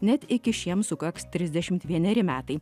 net iki šiems sukaks trisdešimt vieneri metai